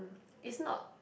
um is not